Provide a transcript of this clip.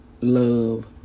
love